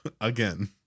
Again